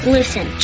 Listen